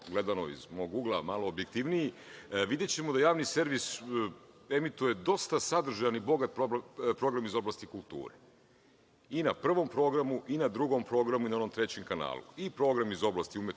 gledano iz mog ugla, malo objektivniji, videćemo da Javni servis emituje dosta sadržajan i bogat program iz oblasti kulture i na Prvom programu i na Drugom programu i na onom Trećem kanalu i program iz oblasti umetničke